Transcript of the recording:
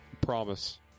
Promise